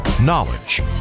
knowledge